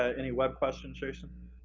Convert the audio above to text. any web questions, jason?